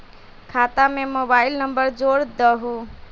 खाता में mobile number जोड़ दहु?